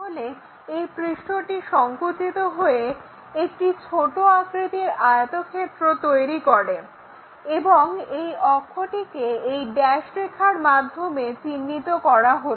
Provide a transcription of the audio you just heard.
তাহলে এই পৃষ্ঠটি সংকুচিত হয়ে একটি ছোট আকৃতির আয়তক্ষেত্র তৈরি করে এবং এই অক্ষটিকে এই ড্যাস রেখার মাধ্যমে চিহ্নিত করা হলো